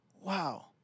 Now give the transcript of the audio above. Wow